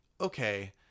okay